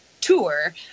tour